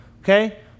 okay